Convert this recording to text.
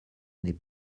n’est